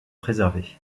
préservé